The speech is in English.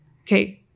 okay